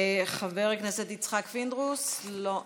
חבר הכנסת יצחק פינדרוס, לא נמצא,